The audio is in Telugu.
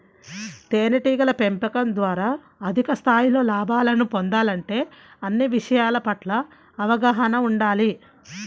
తేనెటీగల పెంపకం ద్వారా అధిక స్థాయిలో లాభాలను పొందాలంటే అన్ని విషయాల పట్ల అవగాహన ఉండాలి